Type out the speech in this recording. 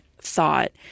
thought